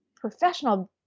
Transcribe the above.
professional